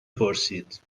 پرسید